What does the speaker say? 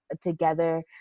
together